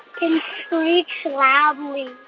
can screech loudly.